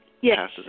Yes